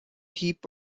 heap